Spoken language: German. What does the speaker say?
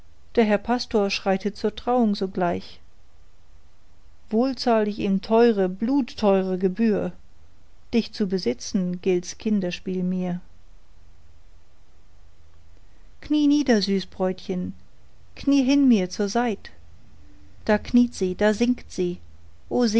der herr pastor schreitet zur trauung sogleich wohl zahl ich ihm teure blutteure gebühr doch dich zu besitzen gilts kinderspiel mir knie nieder süß bräutchen knie hin mir zur seit da kniet sie da sinkt sie